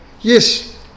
yes